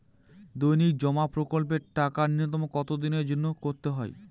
দৈনিক জমা প্রকল্পের টাকা নূন্যতম কত দিনের জন্য করতে হয়?